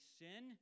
sin